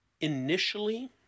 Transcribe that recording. Initially